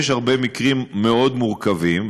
יש הרבה מקרים מאוד מורכבים,